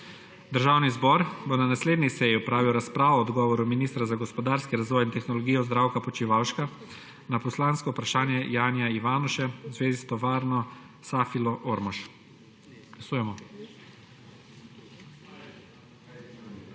Državni zbor bo na naslednji seji opravil razpravo o odgovoru ministra za gospodarski razvoj in tehnologijo Zdravka Počivalška na poslansko vprašanje Janija Ivanuše v zvezi s tovarno Safilo Ormož.